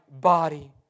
body